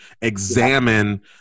examine